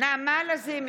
נעמה לזימי,